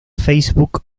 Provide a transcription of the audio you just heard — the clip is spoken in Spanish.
facebook